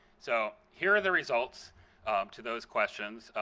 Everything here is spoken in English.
so here are the results to those questions.